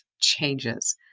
changes